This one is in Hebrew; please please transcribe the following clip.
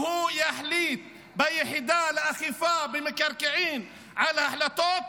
שהוא יחליט ביחידה לאכיפה במקרקעין על החלטות,